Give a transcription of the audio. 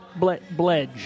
Bledge